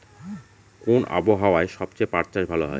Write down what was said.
কোন আবহাওয়ায় সবচেয়ে পাট চাষ ভালো হয়?